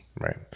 Right